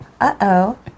Uh-oh